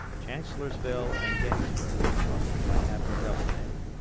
chancellorsville and gettysburg by abner doubleday